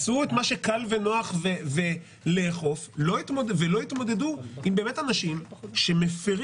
עשו את מה שקל ונוח לאכוף ולא התמודדו עם אנשים שבאמת מפרים